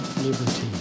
liberty